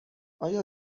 آیا